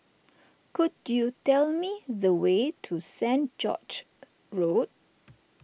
could you tell me the way to Saint George's Road